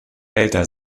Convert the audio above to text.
älter